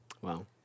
Wow